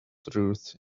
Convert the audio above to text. truth